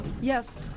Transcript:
Yes